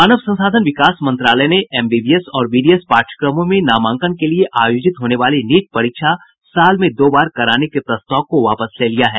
मानव संसाधन विकास मंत्रालय ने एमबीबीएस और बीडीएस पाठ्यक्रमों में नामांकन के लिए आयोजित होने वाली नीट परीक्षा साल में दो बार कराने के प्रस्ताव को वापस ले लिया है